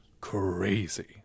crazy